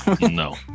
No